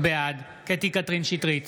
בעד קטי קטרין שטרית,